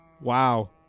Wow